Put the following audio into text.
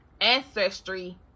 ancestry